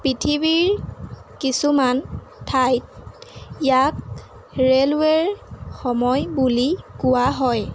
পৃথিৱীৰ কিছুমান ঠাইত ইয়াক ৰে'লৱেৰ সময় বুলি কোৱা হয়